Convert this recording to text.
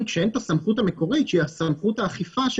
כשאין פה את הסמכות המקורית שהיא סמכות האכיפה,